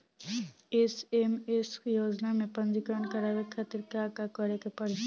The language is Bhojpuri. एस.एम.ए.एम योजना में पंजीकरण करावे खातिर का का करे के पड़ी?